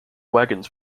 wagons